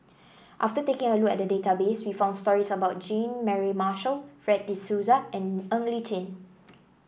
after taking a look at the database we found stories about Jean Mary Marshall Fred De Souza and Ng Li Chin